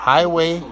Highway